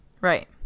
Right